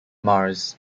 mars